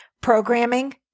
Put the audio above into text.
Programming